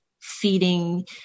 feeding